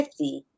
50